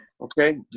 Okay